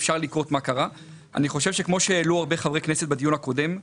אני חושב שכמו שהעלו הרבה חברי כנסת בדיון הקודם,